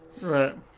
Right